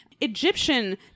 Egyptian